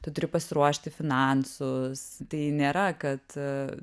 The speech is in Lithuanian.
tu turi pasiruošti finansus tai nėra kad